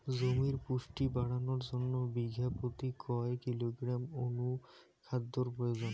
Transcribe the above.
জমির পুষ্টি বাড়ানোর জন্য বিঘা প্রতি কয় কিলোগ্রাম অণু খাদ্যের প্রয়োজন?